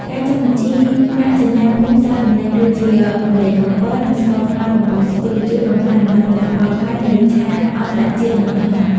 ការចុះបញ្ជី "ម៉ាកសម្គាល់ភូមិសាស្ត្រទំនិញ" ដូចជា ម្រេចកំពត និងស្ករត្នោតកំពង់ស្ពឺ ជួយបង្កើនតម្លៃផលិតផលខ្មែរនៅលើឆាកអន្តរជាតិយ៉ាងខ្លាំង។